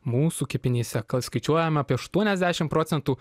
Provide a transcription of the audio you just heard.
mūsų kepenyse kas skaičiuojama apie aštuoniasdešimt procentų